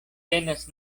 tenas